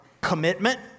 commitment